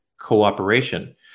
cooperation